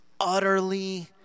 utterly